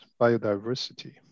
biodiversity